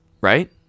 Right